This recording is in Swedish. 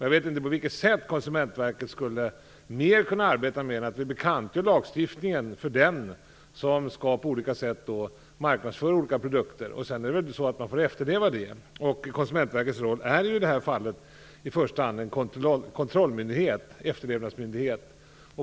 Jag vet inte på vilket sätt Konsumentverket skulle kunna arbeta mer än genom att bekantgöra lagstiftningen för dem som skall marknadsföra olika produkter. Sedan får de efterleva det. Konsumentverkets roll är i första hand att kontrollera efterlevnaden.